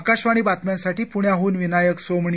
आकाशवाणी बातम्यांसाठी पुण्याहून विनायक सोमणी